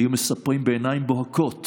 היו מספרים בעיניים בורקות